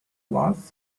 was